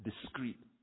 discrete